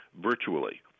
virtually